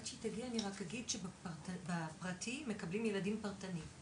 אני רק אגיד, בפרטי מקבלים ילדים פרטני.